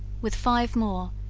with five more,